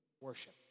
worship